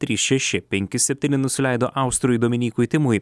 trys šeši penki septyni nusileido austrui dominykui timui